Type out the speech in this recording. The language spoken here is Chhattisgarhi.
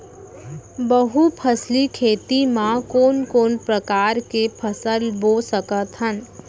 बहुफसली खेती मा कोन कोन प्रकार के फसल बो सकत हन?